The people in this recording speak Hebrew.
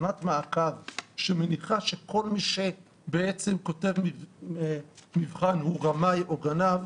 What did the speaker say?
תוכנת מעקב שמניחה שכל מי שכותב מבחן הוא רמאי או גנב,